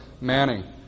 Manning